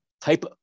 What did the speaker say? type